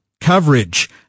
coverage